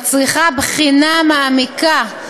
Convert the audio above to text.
המצריכה בחינה מעמיקה,